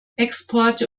exporte